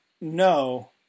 No